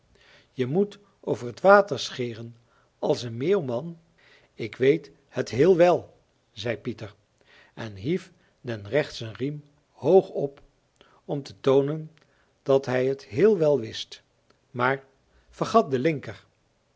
je moet over t water scheren als een meeuw man ik weet het heel wel zei pieter en hief den rechtschen riem hoog op om te toonen dat hij t heel wel wist maar vergat den linker